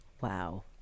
wow